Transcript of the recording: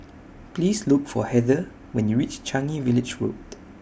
Please Look For Heather when YOU REACH Changi Village Road